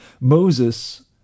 Moses